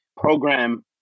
program